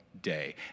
day